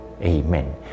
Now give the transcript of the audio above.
amen